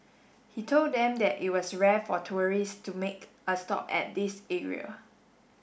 he told them that it was rare for tourists to make a stop at this area